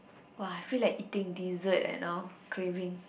!wah! I feel like eating dessert and all craving